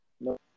no